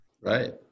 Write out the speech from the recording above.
Right